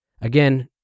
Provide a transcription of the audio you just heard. again